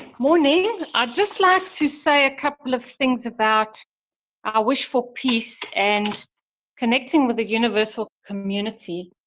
morning, i'd just like to say a couple of things about our wish for peace and connecting with the universal community.